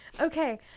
okay